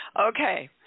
Okay